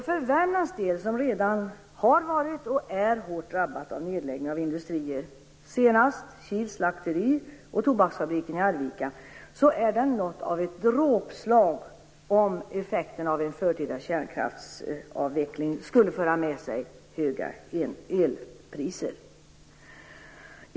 För Värmlands del, som redan har varit och är hårt drabbat av nedläggningar av industrier - senast Kils slakteri och tobaksfabriken i Arvika - är det något av ett dråpslag om effekterna av en förtida kärnkraftsavveckling blir höga elpriser.